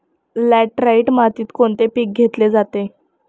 Laterite मातीत कोणते पीक घेतले जाते?